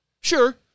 Sure